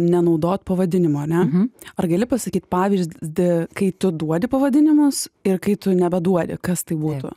nenaudot pavadinimo ane ar gali pasakyt pavyzdį kai tu duodi pavadinimus ir kai tu nebeduodi kas tai būtų